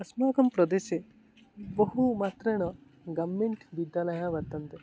अस्माकं प्रदेशे बहु मात्रेण गम्मेण्ट् विद्यालयाः वर्तन्ते